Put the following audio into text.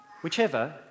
Whichever